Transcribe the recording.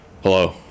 Hello